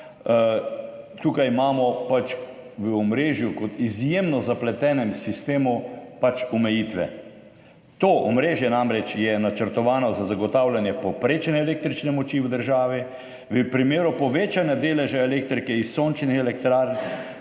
Tukaj imamo v omrežju kot izjemno zapletenem sistemu pač omejitve. To omrežje je namreč načrtovano za zagotavljanje povprečne električne moči v državi, v primeru povečanja deleža elektrike iz sončnih elektrarn